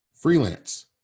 freelance